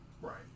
Right